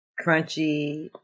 crunchy